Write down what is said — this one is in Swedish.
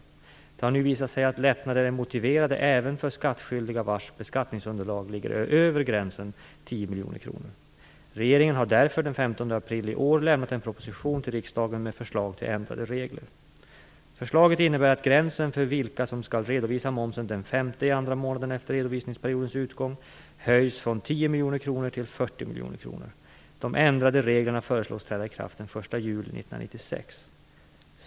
Det har nu visat sig att lättnader är motiverade även för skattskyldiga vars beskattningsunderlag ligger över gränsen 10 miljoner kronor. Regeringen har därför den 15 till riksdagen med förslag till ändrade regler. Förslaget innebär att gränsen för vilka som skall redovisa momsen den 5:e i andra månaden efter redovisningsperiodens utgång höjs från 10 miljoner kronor till 40 miljoner kronor. De ändrade reglerna föreslås träda i kraft den 1 juli 1996.